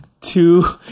two